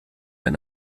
ein